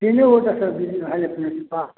तीने गोटा सब्जी हइ अपनेकेँ पास